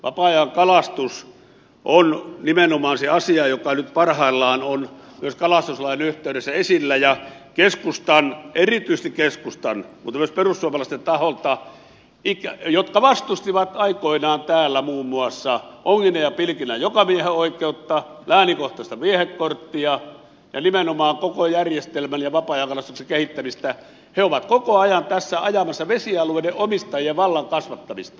vapaa ajankalastus on nimenomaan se asia joka nyt parhaillaan on myös kalastuslain yhteydessä esillä ja erityisesti keskustan mutta myös perussuomalaisten taholta jotka vastustivat aikoinaan täällä muun muassa onginnan ja pilkinnän jokamiehenoikeutta läänikohtaista viehekorttia ja nimenomaan koko järjestelmän ja vapaa ajankalastuksen kehittämistä ollaan koko ajan tässä ajamassa vesialueiden omistajien vallan kasvattamista